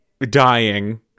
dying